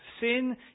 Sin